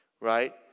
right